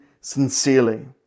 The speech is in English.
sincerely